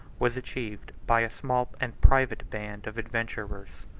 was achieved by a small and private band of adventurers.